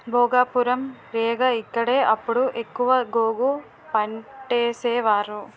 భోగాపురం, రేగ ఇక్కడే అప్పుడు ఎక్కువ గోగు పంటేసేవారు